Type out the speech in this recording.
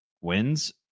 wins